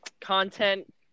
content